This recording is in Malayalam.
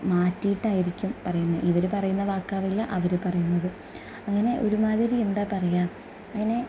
മാറ്റിയിട്ടായിരിക്കും പറയുന്നത് ഇവർ പറയുന്ന വാക്കാകില്ല അവർ പറയുന്നത് അങ്ങനെ ഒരുമാതിരി എന്താ പറയുക അങ്ങനെ